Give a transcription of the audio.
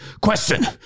Question